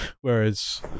Whereas